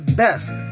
best